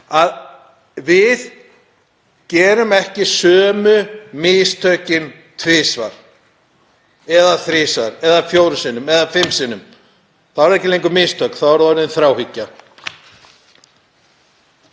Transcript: að við gerum ekki sömu mistökin tvisvar, þrisvar eða fjórum sinnum, nú eða fimm sinnum. Þá eru það ekki lengur mistök, þá er það orðið þráhyggja.